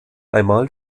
einmal